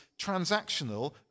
transactional